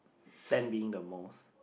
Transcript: ten being the most